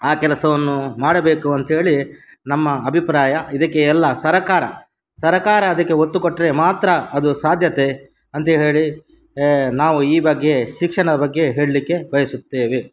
ಆ ಕೆಲಸವನ್ನು ಮಾಡಬೇಕು ಅಂತ ಹೇಳಿ ನಮ್ಮ ಅಭಿಪ್ರಾಯ ಇದಕ್ಕೆ ಎಲ್ಲ ಸರಕಾರ ಸರಕಾರ ಅದಕ್ಕೆ ಒತ್ತು ಕೊಟ್ಟರೆ ಮಾತ್ರ ಅದು ಸಾಧ್ಯತೆ ಅಂತ ಹೇಳಿ ನಾವು ಈ ಬಗ್ಗೆ ಶಿಕ್ಷಣದ ಬಗ್ಗೆ ಹೇಳಲಿಕ್ಕೆ ಬಯಸುತ್ತೇವೆ